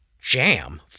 jam